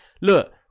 look